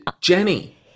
Jenny